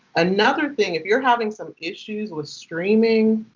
another thing, if you're having some issues with streaming,